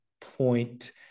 point